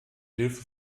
hilfe